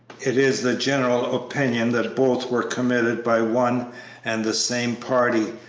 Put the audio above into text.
it is the general opinion that both were committed by one and the same party,